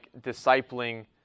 discipling